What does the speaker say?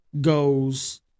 Goes